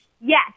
Yes